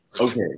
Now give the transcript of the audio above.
okay